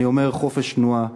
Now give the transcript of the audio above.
אני אומר: חופש תנועה,